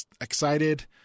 excited